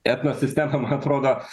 etno sistema man atrodo